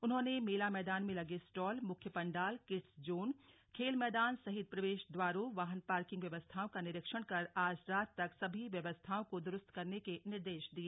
उन्होन मेला मैदान में लगे स्टाल मुख्य पंडाल किड्स जोन खेल मैदान सहित प्रवेश द्वारों वाहन पार्किंग व्यवस्थाओं का निरीक्षण कर आज रात तक सभी व्यवस्थाओं को दुरुस्त करने के निर्देश दिए